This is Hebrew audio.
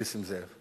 נסים זאב.